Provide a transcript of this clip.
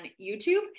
YouTube